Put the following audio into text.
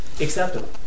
acceptable